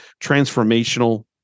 transformational